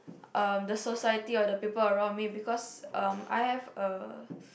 um the society or the people around me because um I have a